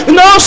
no